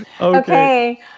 okay